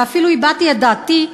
ואפילו הבעתי את דעתי,